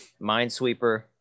Minesweeper